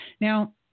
Now